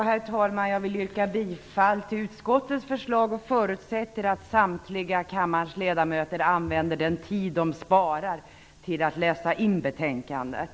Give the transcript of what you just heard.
Herr talman! Jag vill yrka bifall till utskottets förslag och förutsätter att samtliga kammarens ledamöter använder den tid de sparar till att läsa in betänkandet.